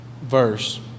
verse